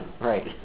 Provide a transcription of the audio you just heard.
Right